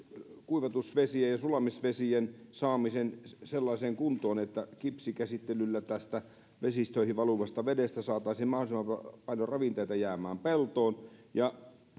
kuivatusvesien ja sulamisvesien saamisesta sellaiseen kuntoon että kipsikäsittelyllä tästä vesistöihin valuvasta vedestä saataisiin mahdollisimman paljon ravinteita jäämään peltoon